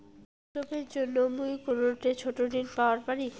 উৎসবের জন্য মুই কোনঠে ছোট ঋণ পাওয়া পারি?